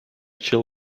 jill